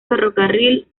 ferrocarril